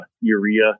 Urea